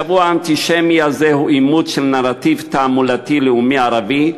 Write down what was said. השבוע האנטישמי הזה הוא אימוץ של נרטיב תעמולתי לאומי-ערבי,